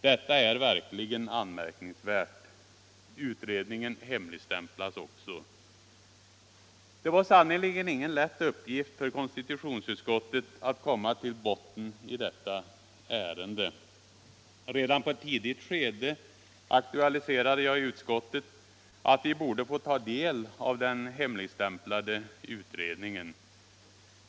Detta är verkligen anmärkningsvärt. Utredningen hemligstämplas också. Det var sannerligen ingen lätt uppgift för konstitutionsutskottet att komma till botten i detta ärende. Redan på ett tidigt skede aktualiserade jag i utskottet att vi borde få ta del av den hemligstämplade utredningen.